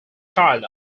child